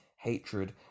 hatred